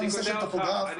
אני